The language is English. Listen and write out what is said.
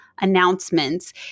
announcements